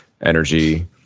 energy